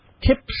tips